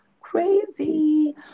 Crazy